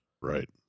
Right